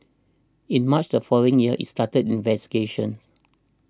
in March the following year it started investigations